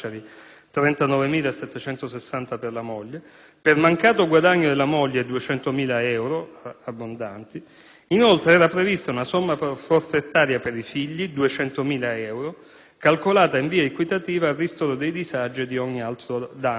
39.760 euro per la moglie); per mancato guadagno della moglie 200.000 euro abbondanti. Inoltre, erano previsti una somma forfetaria per i figli (200.000 euro), calcolata in via equitativa al ristoro dei disagi e di ogni altro danno,